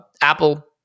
Apple